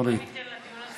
בואי ניתן לדיון הזה,